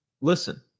listen